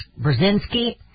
Brzezinski